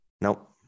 Nope